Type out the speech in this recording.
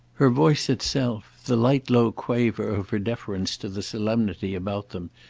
her voice itself, the light low quaver of her deference to the solemnity about them,